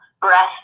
breath